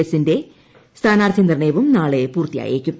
എസിന്റെ സ്ഥാനാർത്ഥി നിർണയവും നാളെ പൂർത്തിയായേക്കും